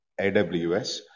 AWS